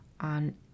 on